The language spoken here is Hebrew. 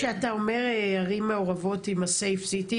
כשאתה מדבר על הסייף סיטי